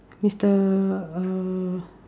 mister uh